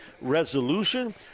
Resolution